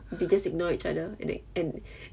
did they signal each other and like and